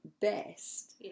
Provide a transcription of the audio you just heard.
best